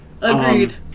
Agreed